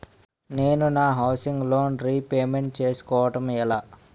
నేను నా housing loan repayment చేసుకోవటం ఎలా?